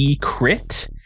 crit